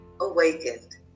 awakened